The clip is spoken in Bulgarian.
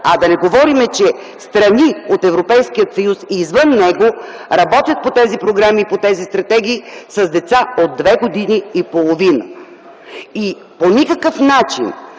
Да не говорим, че в страни от Европейския съюз и извън него работят по тези програми и по тези стратегии с деца от две и половина години. По никакъв начин